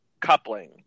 Coupling